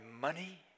money